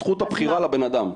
זכות הבחירה לבנאדם.